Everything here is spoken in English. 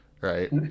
right